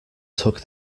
took